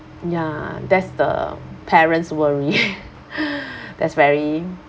ya that's the parents' worry that's very